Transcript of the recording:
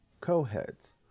co-heads